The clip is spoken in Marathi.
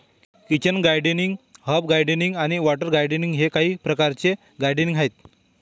किचन गार्डनिंग, हर्ब गार्डनिंग आणि वॉटर गार्डनिंग हे काही प्रकारचे गार्डनिंग आहेत